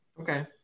Okay